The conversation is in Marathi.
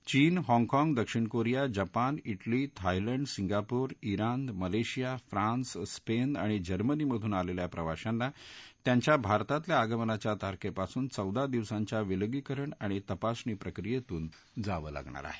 चीन हाँगकाँग दक्षिण Korea Japan Italy Thailand Singapore ज्ञान मलेशिया फ्रान्स स्पेन आणि जर्मनी मधून या आलेल्या प्रवाशांना त्यांच्या भारतातल्या आगमनाच्या तारखेपासून चौदा दिवसाच्या विलगीकरण आणि तपासणी प्रक्रियेतून जावं लागणार आहे